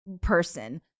person